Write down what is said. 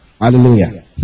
Hallelujah